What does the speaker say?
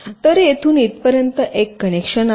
तर येथून इथपर्यंत एक कनेक्शन आहे